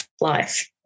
life